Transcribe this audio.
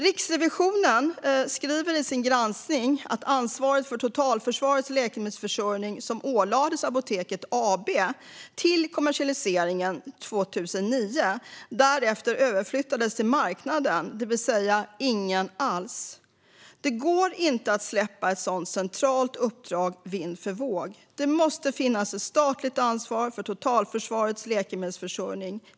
Riksrevisionen skriver i sin granskning att ansvaret för totalförsvarets läkemedelsförsörjning ålades Apoteket AB fram till kommersialiseringen 2009 och därefter överflyttades till marknaden, det vill säga till ingen alls. Det går inte att släppa ett sådant centralt uppdrag vind för våg. Det måste finnas ett statligt ansvar för totalförsvarets läkemedelsförsörjning.